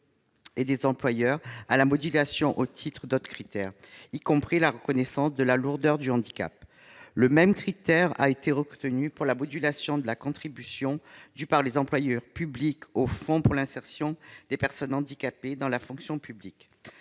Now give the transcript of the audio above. et des employeurs à la modulation au titre d'autres critères, y compris la reconnaissance de la lourdeur du handicap (RLH). Le même critère a été retenu pour la modulation de la contribution due par les employeurs publics au fonds pour l'insertion des personnes handicapées dans la fonction publique